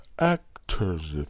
actors